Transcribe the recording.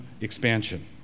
expansion